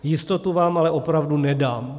Jistotu vám ale opravdu nedám.